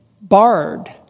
barred